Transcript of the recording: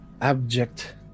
abject